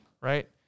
right